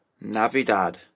Navidad